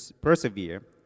persevere